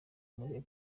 muri